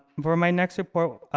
for my next report.